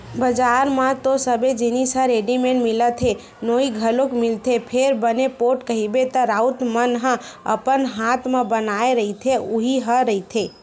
बजार म तो सबे जिनिस ह रेडिमेंट मिलत हे नोई घलोक मिलत हे फेर बने पोठ कहिबे त राउत मन ह अपन हात म बनाए रहिथे उही ह रहिथे